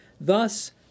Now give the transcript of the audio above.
Thus